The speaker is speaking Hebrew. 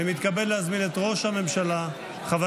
אני מתכבד להזמין את ראש הממשלה חבר